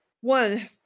one